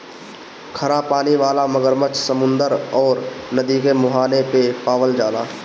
खरा पानी वाला मगरमच्छ समुंदर अउरी नदी के मुहाने पे पावल जाला